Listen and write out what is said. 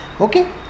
Okay